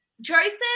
Joseph